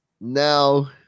Now